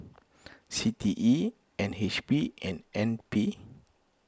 C T E N H B and N P